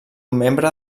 membre